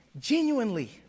genuinely